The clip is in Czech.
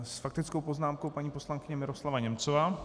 S faktickou poznámkou paní poslankyně Miroslava Němcová.